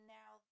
now